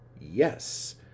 Yes